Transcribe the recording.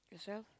as well